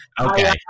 Okay